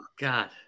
God